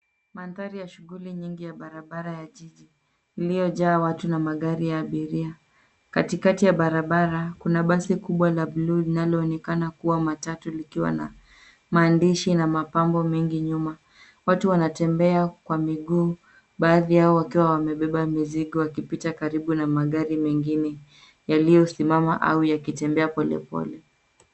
Mandhari ya shughuli nyingi ya barabara jijini. Iliyojaa watu na magari ya abiria. Katikati ya barabara, kuna basi kubwa la buluu linaloonekana kuwa matatu likiwa maandishi na mapambo mengi nyuma. Watu wanatembea kwa miguu, baadhi yao wakiwa wamebeba mizigo, wakipita karibu na magari mengine, yaliyo simama au yakitembea polepole.